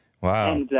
Wow